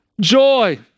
joy